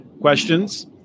questions